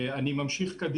(מוקרן שקף, שכותרתו: